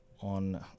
on